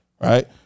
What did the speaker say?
right